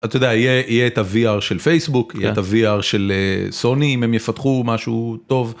אתה יודע יהיה את ה-VR של פייסבוק את ה-VR של סוני אם הם יפתחו משהו טוב.